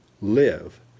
Live